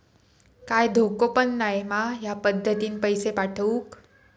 काय धोको पन नाय मा ह्या पद्धतीनं पैसे पाठउक?